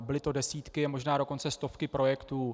Byly to desítky a možná dokonce stovky projektů.